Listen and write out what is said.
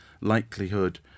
likelihood